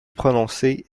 prononcé